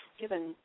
given